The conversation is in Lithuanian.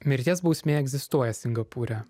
mirties bausmė egzistuoja singapūre